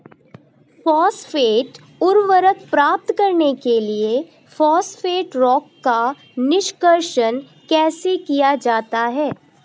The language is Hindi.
फॉस्फेट उर्वरक प्राप्त करने के लिए फॉस्फेट रॉक का निष्कर्षण कैसे किया जाता है?